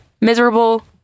miserable